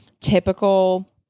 typical